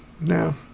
no